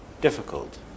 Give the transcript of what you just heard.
difficult